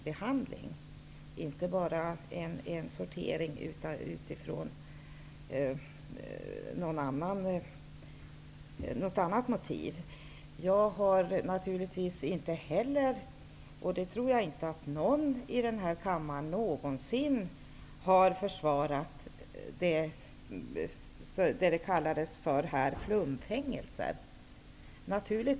Det är inte fråga om en sortering av något annat motiv. Jag har naturligtvis inte försvarat, och jag tror inte heller att någon annan i denna kammare någonsin gjort det, vad som här kallades för flumfängelser.